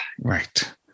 Right